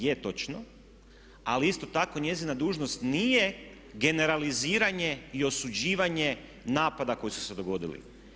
Je točno, ali isto tako njezina dužnost nije generaliziranje i osuđivanje napada koji su se dogodili.